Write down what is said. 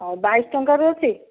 ହଉ ବାଇଶ ଟଙ୍କାରୁ ଅଛି